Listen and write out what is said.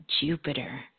Jupiter